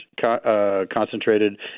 concentrated